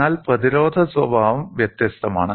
എന്നാൽ പ്രതിരോധ സ്വഭാവം വ്യത്യസ്തമാണ്